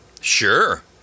Sure